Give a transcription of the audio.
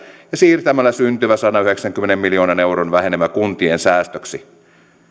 ja siirtämällä syntyvä sadanyhdeksänkymmenen miljoonan euron vähenemä kuntien säästöksi